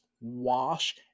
wash